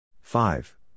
five